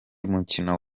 mukino